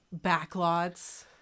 backlots